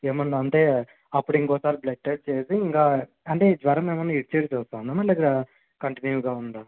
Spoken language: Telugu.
ఏమైనా అంటే అప్పడు ఇంకోసారి బ్లడ్ టెస్ట్ చేసి ఇంకా అంటే జ్వరం ఏమైనా విడిచి విడిచి వస్తోంది అమ్మ లేక కంటిన్యూగా ఉందా